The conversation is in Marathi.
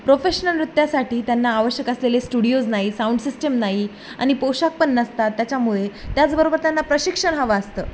प्रोफेशनल नृत्यासाठी त्यांना आवश्यक असलेले स्टुडिओज नाही साऊंड सिस्टीम नाही आणि पोशाख पण नसतात त्याच्यामुळे त्याचबरोबर त्यांना प्रशिक्षण हवं असतं